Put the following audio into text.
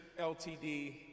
LTD